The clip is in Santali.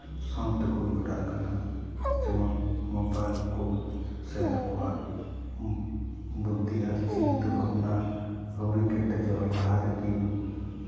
ᱥᱟᱶ ᱛᱮᱠᱚ ᱡᱚᱲᱟᱜ ᱠᱟᱱᱟ ᱡᱮᱢᱚᱱ ᱢᱳᱵᱟᱭᱤᱞ ᱠᱚ ᱥᱮ ᱟᱠᱚᱣᱟᱜ ᱵᱩᱫᱽᱫᱷᱤ ᱟᱨ ᱪᱤᱱᱛᱟᱹ ᱵᱷᱟᱵᱽᱱᱟ ᱟᱹᱣᱨᱤ ᱠᱮᱴᱮᱡᱚᱜ ᱞᱟᱦᱟ ᱨᱮᱜᱮ